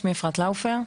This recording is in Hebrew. שמי אפרת לאופר,